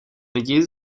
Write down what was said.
lidi